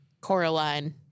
Coraline